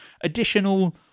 additional